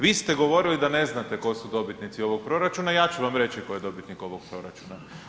Vi ste govorili da ne znate tko su dobitnici ovog proračuna, ja ću vam reći tko je dobitnik ovog proračuna.